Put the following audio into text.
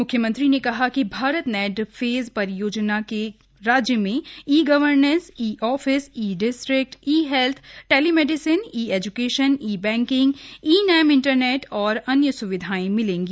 मुख्यमंत्री ने कहा कि भारत नेट परियोजना से राज्य में e governance e office e district e health telemedicine e education e banking e नाम इंटरनेट और अन्य स्विधाएं मिलेंगी